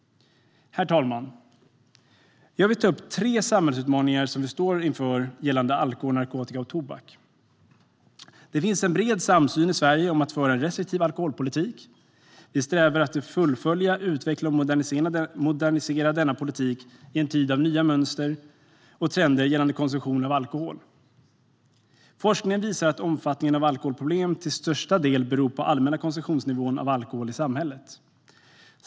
Herr talman! Jag vill ta upp tre samhällsutmaningar som vi står inför gällande alkohol, narkotika och tobak. Det finns en bred samsyn i Sverige om att vi ska föra en restriktiv alkoholpolitik. Vi strävar efter att fullfölja, utveckla och modernisera denna politik i en tid av nya mönster och trender gällande konsumtion av alkohol. Forskningen visar att omfattningen av alkoholproblem till största del beror på den allmänna konsumtionsnivån för alkohol i samhället.